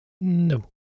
No